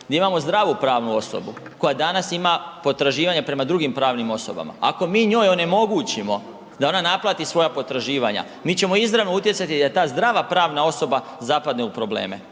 gdje imamo zdravu pravnu osobu koja danas ima potraživanja prema drugim pravnim osobama. Ako mi njoj onemogućimo da ona naplati svoja potraživanja, mi ćemo izravno utjecati da ta zdrava pravna osoba zapadne u probleme